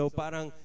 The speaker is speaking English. parang